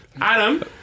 Adam